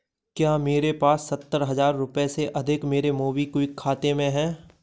क्या मेरे पास सत्तर हज़ार रुपये से अधिक मेरे मोबीक्विक खाते में हैं